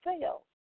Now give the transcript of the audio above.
sales